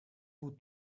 που